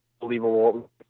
believable